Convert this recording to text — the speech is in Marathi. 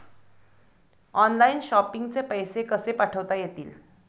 ऑनलाइन शॉपिंग चे पैसे कसे पाठवता येतील?